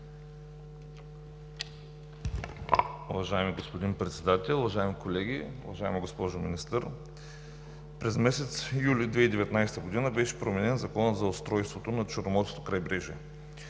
Уважаеми господин Председател, уважаеми колеги! Уважаема госпожо Министър, през месец юли 2019 г. беше променен Законът за устройството на Черноморското крайбрежие.